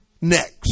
next